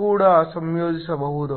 ಕೂಡ ಮರುಸಂಯೋಜಿಸಬಹುದು